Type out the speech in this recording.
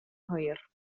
hwyr